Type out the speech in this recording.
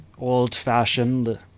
old-fashioned